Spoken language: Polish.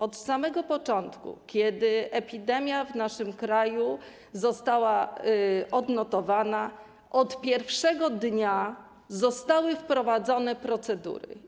Od samego początku, kiedy epidemia w naszym kraju została odnotowana, od pierwszego dnia zostały wprowadzone procedury.